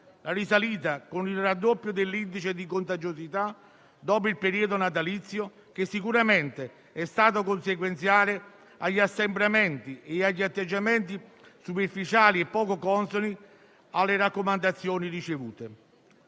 la risalita e il raddoppio dell'indice di contagiosità dopo il periodo natalizio, che sicuramente è stata conseguenziale agli assembramenti e agli atteggiamenti superficiali e poco consoni alle raccomandazioni ricevute.